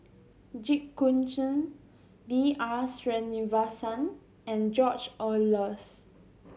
Jit Koon Ch'ng B R Sreenivasan and George Oehlers